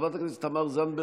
חברת הכנסת תמר זנדברג,